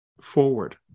forward